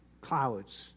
Clouds